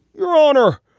your honor,